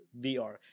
VR